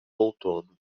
outono